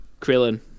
Krillin